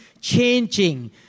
changing